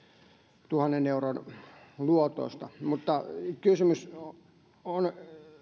kahdentuhannen euron luotoista mutta kysymys on